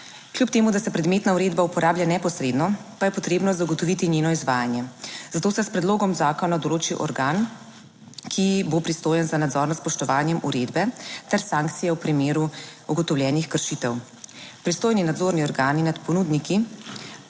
Kljub temu, da se predmetna uredba uporablja neposredno pa je potrebno zagotoviti njeno izvajanje, zato se s predlogom zakona določi organ, ki bo pristojen za nadzor nad spoštovanjem uredbe ter sankcije v primeru ugotovljenih kršitev. Pristojni nadzorni organi nad ponudniki